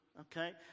okay